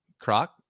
Croc